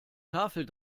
tafel